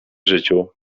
życiu